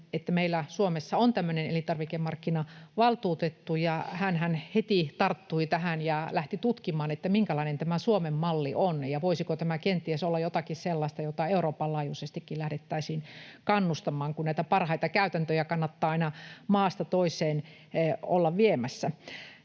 että meillä Suomessa on tämmöinen elintarvikemarkkinavaltuutettu, ja hänhän heti tarttui tähän ja lähti tutkimaan, minkälainen tämä Suomen malli on ja voisiko tämä kenties olla jotakin sellaista, jota Euroopan laajuisestikin lähdettäisiin kannustamaan, kun näitä parhaita käytäntöjä kannattaa aina maasta toiseen olla viemässä.